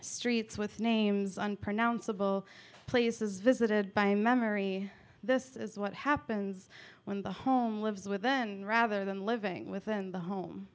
streets with names unpronounceable places visited by memory this is what happens when the home lives with then rather than living within the home